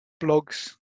blogs